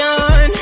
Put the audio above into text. on